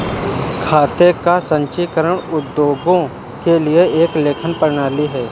खाते का संचीकरण उद्योगों के लिए एक लेखन प्रणाली है